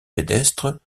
pédestre